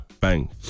bang